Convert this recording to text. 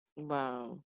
Wow